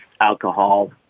alcohol